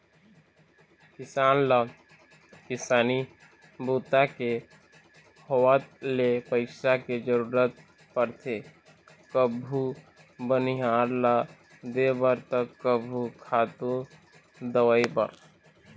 किसान ल किसानी बूता के होवत ले पइसा के जरूरत परथे कभू बनिहार ल देबर त कभू खातू, दवई बर